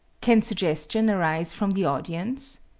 can suggestion arise from the audience?